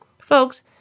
Folks